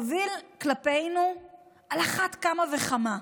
קביל כלפינו על אחת כמה וכמה.